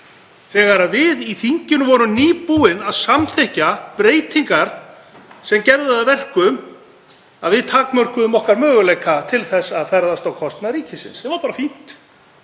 þegar við í þinginu voru nýbúin að samþykkja breytingar sem gerðu það að verkum að við takmörkuðum möguleika okkar til að ferðast á kostnað ríkisins, sem var bara fínt.